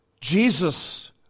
Jesus